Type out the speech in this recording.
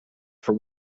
for